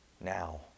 now